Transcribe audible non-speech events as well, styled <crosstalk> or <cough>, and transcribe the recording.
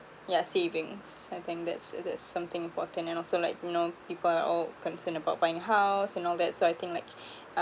yeah savings I think that's uh that's something important and also like you know people are all concerned about buying house and all that so I think like <breath>